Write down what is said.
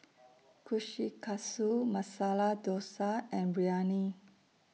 Kushikatsu Masala Dosa and Biryani